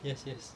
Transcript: yes yes